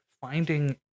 finding